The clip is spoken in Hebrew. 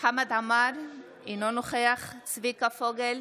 חמד עמאר, אינו נוכח צביקה פוגל,